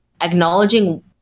acknowledging